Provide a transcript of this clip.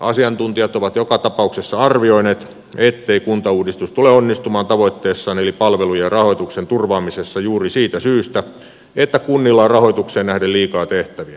asiantuntijat ovat joka tapauksessa arvioineet ettei kuntauudistus tule onnistumaan tavoitteessaan eli palvelujen rahoituksen turvaamisessa juuri siitä syystä että kunnilla on rahoitukseen nähden liikaa tehtäviä